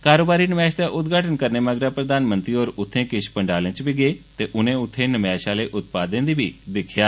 कारोबारी नमैष दा उदघाटन करने मगरा प्रधानमंत्री होर उत्थें किष पंडालें च गे ते उनें उत्थें नमैष आहले उत्पादें गी बी दिक्खेआ